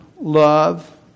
love